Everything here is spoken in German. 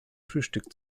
frühstück